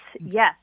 Yes